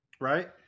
Right